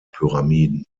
pyramiden